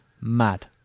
Mad